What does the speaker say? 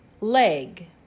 leg